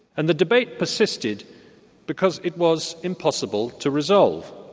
and the debate persisted because it was impossible to resolve.